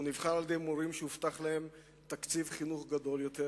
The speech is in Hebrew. הוא נבחר על-ידי מורים שהובטח להם תקציב חינוך גדול יותר,